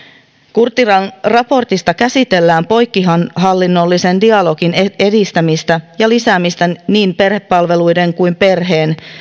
kurttilan raportissa käsitellään poikkihallinnollisen dialogin edistämistä ja lisäämistä niin perhepalveluiden kuin perheen